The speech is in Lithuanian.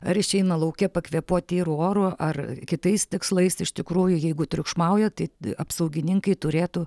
ar išeina lauke pakvėpuoti tyru oru ar kitais tikslais iš tikrųjų jeigu triukšmauja tai apsaugininkai turėtų